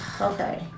Okay